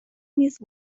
نیز